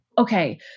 Okay